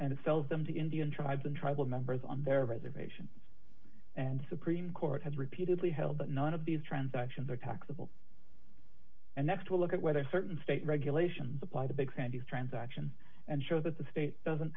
and sells them to indian tribes and tribal members on their reservations and supreme court has repeatedly held but none of these transactions are taxable and that's to look at whether certain state regulations apply the big sandy's transaction and show that the state doesn't